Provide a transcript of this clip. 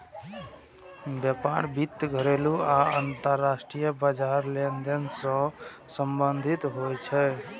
व्यापार वित्त घरेलू आ अंतरराष्ट्रीय व्यापार लेनदेन सं संबंधित होइ छै